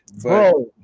bro